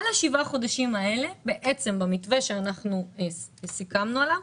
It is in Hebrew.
על שבעת החודשים האלה, במתווה שאנחנו סיכמנו עליו,